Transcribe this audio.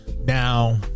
Now